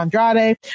Andrade